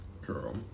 Girl